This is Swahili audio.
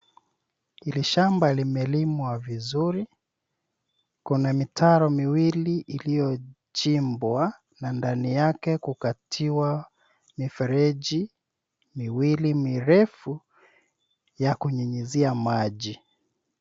Ni shamba limelimwa vizuri. Kuna mitaro miwili iliyo chimbwa na ndani yake kukatiwa mifereji miwili mirefu ya kunyunyizia maji.